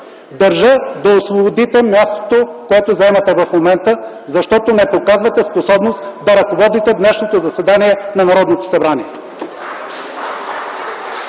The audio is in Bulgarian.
държа да освободите мястото, което заемате в момента, защото не показвате способност да ръководите днешното заседание на Народното събрание.